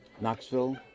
Knoxville